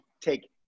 take